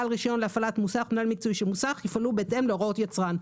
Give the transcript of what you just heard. בעל רישיון להפעלת מוסך יפעלו בהתאם להוראות יצרן.